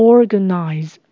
Organize